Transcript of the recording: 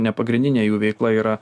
ne pagrindinė jų veikla yra